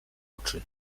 oczy